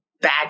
bad